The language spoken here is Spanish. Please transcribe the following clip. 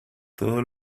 todos